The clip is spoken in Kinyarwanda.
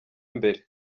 mbere